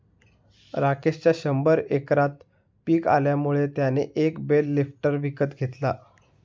राकेशच्या शंभर एकरात पिक आल्यामुळे त्याने एक बेल लिफ्टर विकत घेतला